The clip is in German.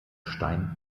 stein